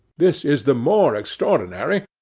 this is the more extraordinary,